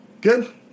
Good